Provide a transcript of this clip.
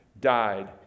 died